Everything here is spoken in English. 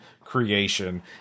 creation